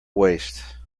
waste